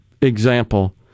example